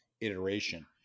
iteration